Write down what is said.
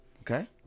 okay